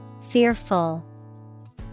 Fearful